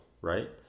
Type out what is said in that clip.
right